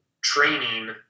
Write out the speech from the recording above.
training